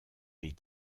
les